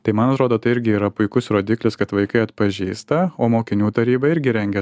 tai man atrodo tai irgi yra puikus rodiklis kad vaikai atpažįsta o mokinių taryba irgi rengia